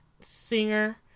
singer